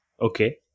Okay